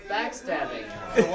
Backstabbing